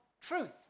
truth